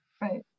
Right